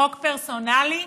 חוק פרסונלי,